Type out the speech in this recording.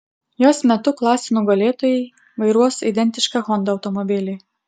jos metu klasių nugalėtojai vairuos identišką honda automobilį